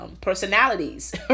Personalities